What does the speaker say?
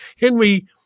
Henry